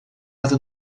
para